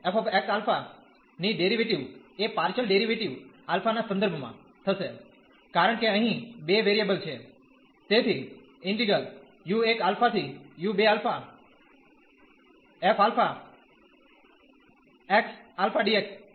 તેથી આનું f x α ની ડેરીવેટીવ એ પાર્શીયલ ડેરીવેટીવ α ના સંદર્ભમાં થશે કારણ કે અહીં બે વેરીયેબલ છે